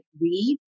read